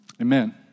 Amen